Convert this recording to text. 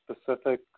specific